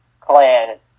clan